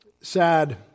sad